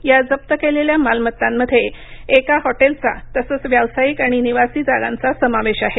या जप्त केलेल्या मालमत्तांमध्ये एका हॉटेलचा तसंच व्यावसायिक आणि निवासी जागांचा समावेश आहे